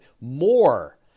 more